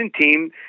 team